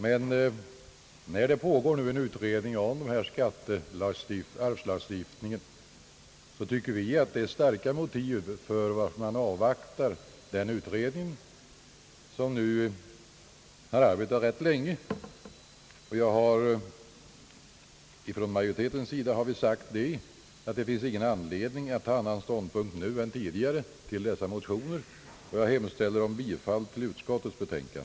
Men när det nu pågår en utredning om arvslagstiftningen, tycker vi att det finns starka motiv till att man avvaktar denna utredning, som har arbetat rätt länge. Inom utskottsmajoriteten har vi sagt att det inte finns någon anledning att inta en annan ståndpunkt än tidigare till dessa motioner, och jag yrkar bifall till utskottets hemställan.